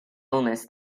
illness